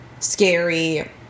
Scary